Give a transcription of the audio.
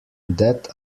that